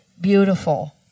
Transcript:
beautiful